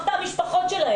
למשל את המשפחות?